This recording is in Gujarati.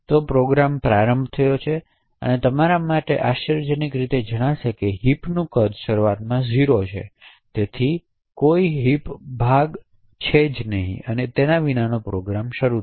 જલદી પ્રોગ્રામ પ્રારંભ થાય છે તે તમારા માટે આશ્ચર્યજનક રીતે જાણશે કે હિપનું કદ શરૂઆતમાં 0 છે તેથી કોઈ હિપ ભાગ વિનાનો પ્રોગ્રામ શરૂ થશે